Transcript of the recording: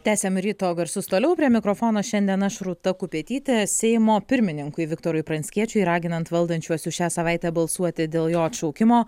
tęsiame ryto garsus toliau prie mikrofono šiandien aš rūta kupetytė seimo pirmininkui viktorui pranckiečiui raginant valdančiuosius šią savaitę balsuoti dėl jo atšaukimo